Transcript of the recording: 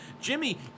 Jimmy